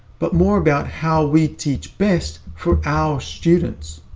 but more about how we teach best for our students.